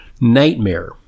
nightmare